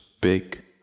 big